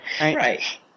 Right